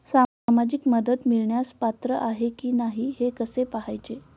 सामाजिक मदत मिळवण्यास पात्र आहे की नाही हे कसे पाहायचे?